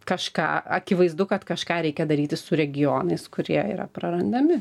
kažką akivaizdu kad kažką reikia daryti su regionais kurie yra prarandami